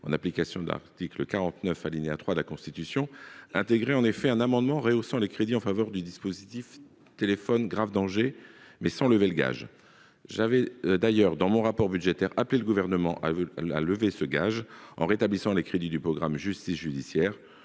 en application de l'article 49, alinéa 3, de la Constitution, intégrait un amendement rehaussant les crédits en faveur du dispositif téléphone grave danger, mais sans lever le gage. Dans mon rapport budgétaire, j'avais appelé le Gouvernement à lever ce gage, en rétablissant les crédits du programme « Justice judiciaire